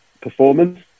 performance